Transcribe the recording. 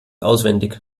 auswendig